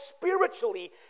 spiritually